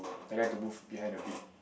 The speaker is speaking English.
direct the booth behind a bit